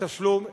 התשלום יורד.